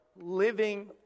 living